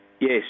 Yes